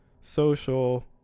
social